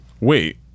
Wait